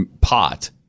pot